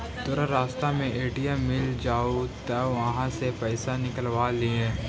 तोरा रास्ता में ए.टी.एम मिलऽ जतउ त उहाँ से पइसा निकलव लिहे